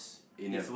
in a